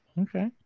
okay